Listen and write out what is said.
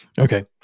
Okay